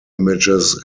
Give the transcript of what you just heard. images